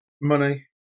Money